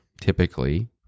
typically